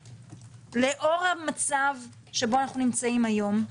לאור המצב שבו אנחנו נמצאים היום,